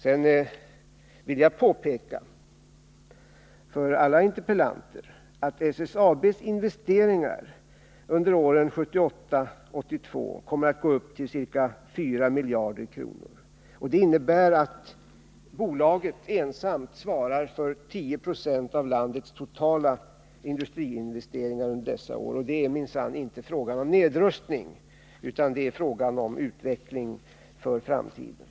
Sedan vill jag påpeka för alla interpellanter att SSAB:s investeringar under åren 1978-1982 kommer att gå upp till ca 4 miljarder kronor. Det innebär att bolaget ensamt svarar för 10 90 av landets totala industriinvesteringar under dessa år. Det är minsann inte fråga om nedrustning, utan det är fråga om utveckling för framtiden.